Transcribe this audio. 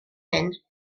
hyn